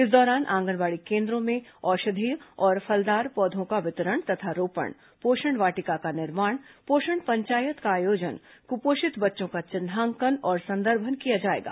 इस दौरान आंगनबाड़ी केन्द्रों में औषधि और फलदार पौधों का वितरण तथा रोपण पोषण वाटिका का निर्माण पोषण पंचायत का आयोजन क्पोषित बच्चों का चिन्हांकन और संदर्भन किया जाएगा